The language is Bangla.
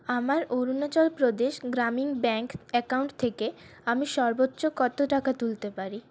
আমার অরুণাচল প্রদেশ গ্রামীণ ব্যাংক অ্যাকাউন্ট থেকে আমি সর্বোচ্চ কতো টাকা তুলতে পারি